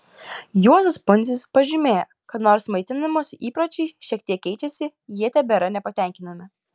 juozas pundzius pažymėjo kad nors maitinimosi įpročiai šiek tek keičiasi jie tebėra nepatenkinami